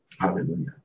Hallelujah